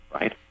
right